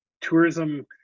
tourism